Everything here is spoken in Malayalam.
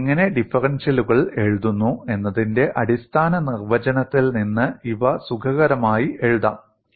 നിങ്ങൾ എങ്ങനെ ഡിഫറൻഷ്യലുകൾ എഴുതുന്നു എന്നതിന്റെ അടിസ്ഥാന നിർവചനത്തിൽ നിന്ന് ഇവ സുഖകരമായി എഴുതാം